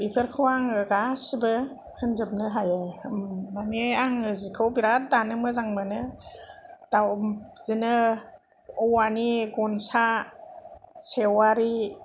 बेफोरखौ आङो गासिबो होनजोबनो हायो माने आङो जिखौ बेराद दानो मोजां मोनो दा बिदिनो औवानि गनसा सेवारि